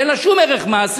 שאין לה שום ערך מעשי,